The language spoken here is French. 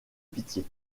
pitié